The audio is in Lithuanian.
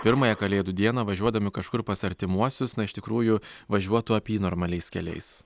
pirmąją kalėdų dieną važiuodami kažkur pas artimuosius na iš tikrųjų važiuotų apynormaliais keliais